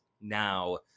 now